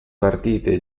partite